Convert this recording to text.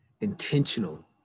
intentional